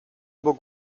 bóg